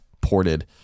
ported